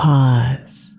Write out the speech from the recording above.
Pause